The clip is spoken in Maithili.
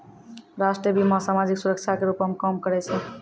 राष्ट्रीय बीमा, समाजिक सुरक्षा के रूपो मे काम करै छै